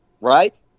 Right